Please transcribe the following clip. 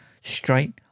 straight